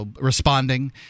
responding